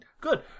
Good